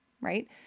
right